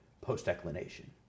post-declination